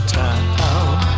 town